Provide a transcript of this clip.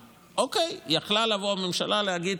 אוקיי, יכלה לבוא הממשלה, להגיד: